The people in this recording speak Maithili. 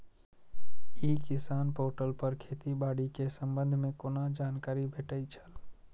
ई किसान पोर्टल पर खेती बाड़ी के संबंध में कोना जानकारी भेटय छल?